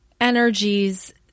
energies